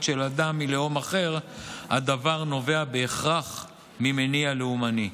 של אדם מלאום אחר הדבר נובע בהכרח ממניע לאומני.